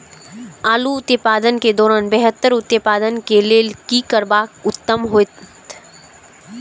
आलू उत्पादन के दौरान बेहतर उत्पादन के लेल की करबाक उत्तम होयत?